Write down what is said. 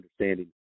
understanding